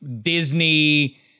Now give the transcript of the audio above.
Disney